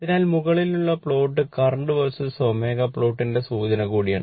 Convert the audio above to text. അതിനാൽ മുകളിലുള്ള plot current versus ω പ്ലോട്ടിന്റെ സൂചന കൂടിയാണ്